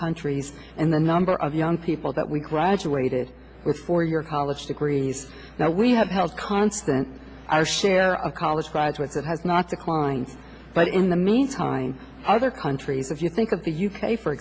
countries and the number of young people that we graduated with for your college degrees now we have held constant our share of college graduates it has not declined but in the meantime other countries if you think of the u k for